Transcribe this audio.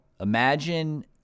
Imagine